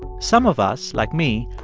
some of us, like me,